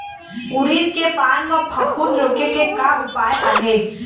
उरीद के पान म फफूंद रोके के का उपाय आहे?